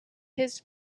his